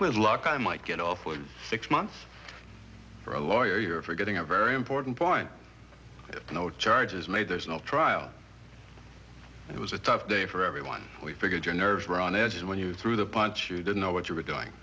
with luck i might get off with six months for a lawyer for getting a very important point no charges made there's no trial it was a tough day for everyone we figured your nerves were on edge and when you threw the punch you didn't know what you were doing